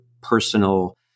personal